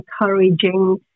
encouraging